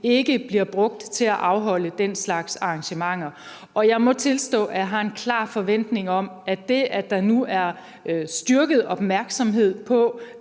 ikke bliver brugt til at afholde den slags arrangementer. Og jeg må tilstå, at jeg har en klar forventning om, at der nu er styrket opmærksomhed på,